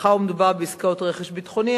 ומאחר שמדובר בעסקאות רכש ביטחוני,